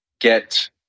get